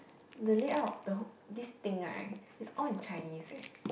the layout the whole this thing right is all in Chinese eh